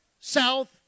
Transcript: south